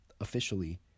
officially